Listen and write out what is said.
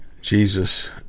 jesus